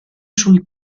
sul